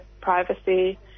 privacy